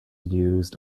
used